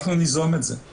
אנחנו ניזום את זה,